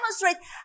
demonstrate